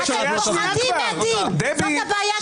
אתם פוחדים מהדין, זאת הבעיה שלכם.